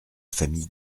famille